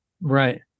right